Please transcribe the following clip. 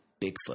Bigfoot